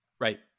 Right